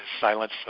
silence